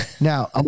Now